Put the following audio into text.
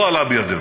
לא עלה בידינו,